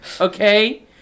okay